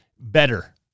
better